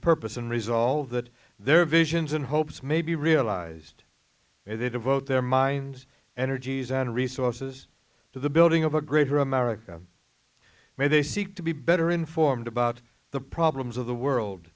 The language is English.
purpose and resolve that their visions and hopes may be realized if they devote their minds energies and resources to the building of a greater america may they seek to be better informed about the problems of the world